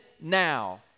now